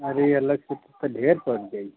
अरे अलग से तब तो ढेर पड़ जाई